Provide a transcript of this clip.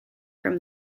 from